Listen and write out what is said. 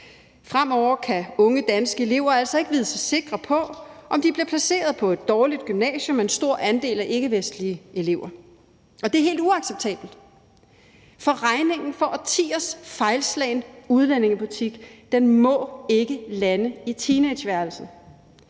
Fremover kan unge danske elever altså ikke vide sig sikre på, om de bliver placeret på et dårligt gymnasium med en stor andel af ikkevestlige elever, og det er helt uacceptabelt. For regningen for årtiers fejlslagen udlændingepolitik må ikke lande i teenageværelset.